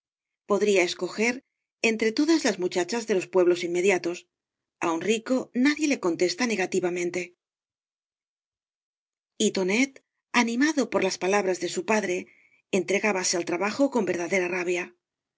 podría escoger entre todas las muchachas de los pueblos inmediatos a un rico nadie le contesta negativamente y tonet animado por las palabras de su padre entregábase al trabajo con verdadera rabia